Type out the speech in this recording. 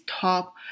top